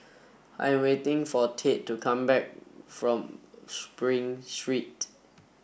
I am waiting for Tate to come back from Spring Street